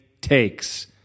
takes